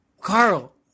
Carl